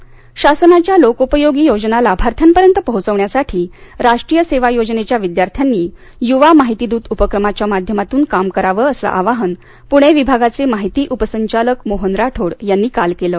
यवा माहिती दत शासनाच्या लोकोपयोगी योजना लाभार्थ्यापर्यंत पोहोचविण्यासाठी राष्ट्रीय सेवा योजनेच्या विद्यार्थ्यांनी युवा माहिती दूत उपक्रमाच्या माध्यमातून काम करावं असं आवाहन पुणे विभागाचे माहिती उपसंचालक मोहन राठोड यांनी काल केलं